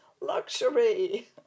Luxury